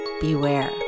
beware